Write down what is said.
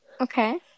Okay